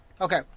Okay